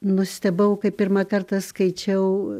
nustebau kai pirmą kartą skaičiau